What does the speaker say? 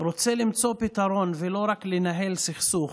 רוצה למצוא פתרון ולא רק לנהל סכסוך,